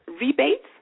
rebates